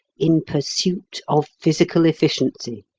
in pursuit of physical efficiency.